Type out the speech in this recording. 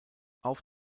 auf